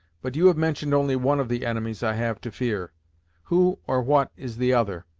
but, you have mentioned only one of the enemies i have to fear who or what is the other.